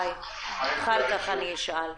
ואחריה נציגת הביטוח הלאומי,